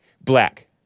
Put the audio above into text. black